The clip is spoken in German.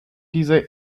diese